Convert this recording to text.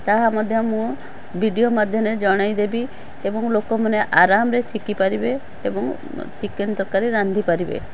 ତାହା ମଧ୍ୟ ମୁଁ ଭିଡ଼ିଓ ମାଧ୍ୟମରେ ଜଣେଇଦେବି ଏବଂ ଲୋକମାନେ ଆରାମରେ ଶିଖିପାରିବେ ଏବଂ ଚିକେନ୍ ତରକାରୀ ରାନ୍ଧିପାରିବେ